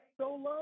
Solo